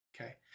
Okay